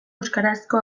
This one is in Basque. euskarazko